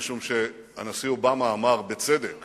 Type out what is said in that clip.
משום שהנשיא אובמה אמר בצדק